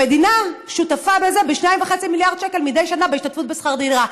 המדינה שותפה בזה ב-2.5 וחצי מיליארד שקל מדי שנה בהשתתפות בשכר דירה.